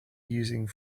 using